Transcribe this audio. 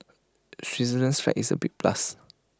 Switzerland's flag is A big plus